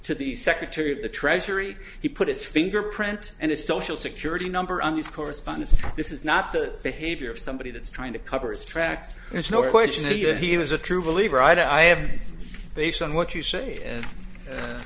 to the secretary of the treasury he put his fingerprint and his social security number on these correspondence this is not the behavior of somebody that's trying to cover his tracks there's no question to you he was a true believer i have based on what you say